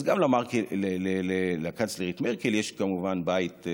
אז גם לקנצלרית מרקל יש כמובן בית,